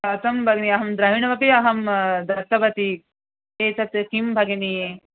कथं भगिनि अहं द्रविणम् अपि अहं दत्तवति एतत् किं भगिनी